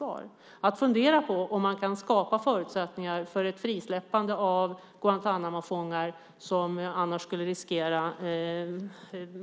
Man bör fundera på om man kan skapa förutsättningar för att frisläppta Guantánamofångar, som riskerar